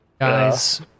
Guys